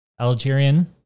Algerian